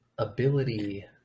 ability